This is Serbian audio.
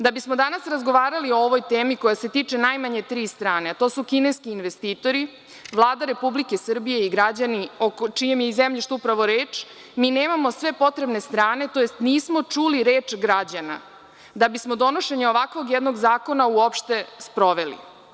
Da bismo danas razgovarali o ovoj temi koja se tiče najmanje tri strane, a to su kineski investitori, Vlada Republike Srbije i građani, o čijem je i zemljištu upravo reč, mi nemamo sve potrebne strane, tj. nismo čuli reč građana, da bismo donošenje ovakvog jednog zakona uopšte sproveli.